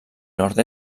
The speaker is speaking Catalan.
nord